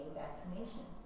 vaccination